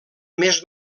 més